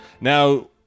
Now